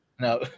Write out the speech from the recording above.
No